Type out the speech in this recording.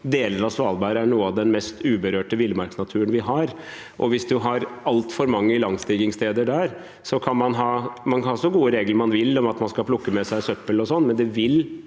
deler av Svalbard er noe av den mest uberørte villmarksnaturen vi har. Hvis man har altfor mange ilandstigningssteder der, kan man ha så gode regler man vil om at man skal plukke med seg søppel osv., men det vil